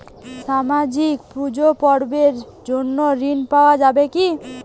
সামাজিক পূজা পার্বণ এর জন্য ঋণ পাওয়া যাবে কি?